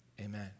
Amen